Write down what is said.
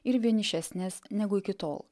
ir vienišesnes negu iki tol